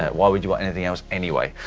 why would you want anything else anyway?